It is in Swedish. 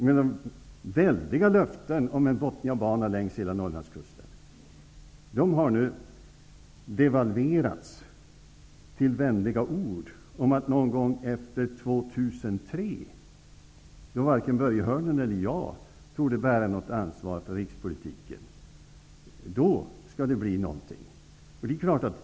De väldiga löftena om en Botniabana längs hela Norrlandskusten har nu devalverats till vänliga ord om att någon gång efter år 2003, då varken Börje Hörnlund eller jag torde bära något ansvar för rikspolitiken, skall det bli något.